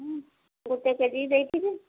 ହୁଁ ଗୋଟେ K G ଦେଇଥିବେ